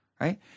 right